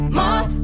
more